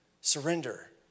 surrender